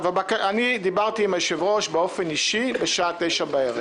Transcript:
אני דיברתי עם היושב-ראש באופן אישי בשעה 21:00 בערב,